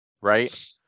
right